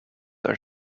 are